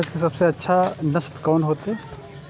भैंस के सबसे अच्छा नस्ल कोन होते?